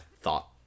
thought